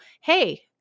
hey